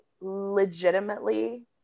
legitimately